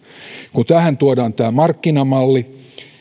kun tuodaan tilalle tämä markkinamalli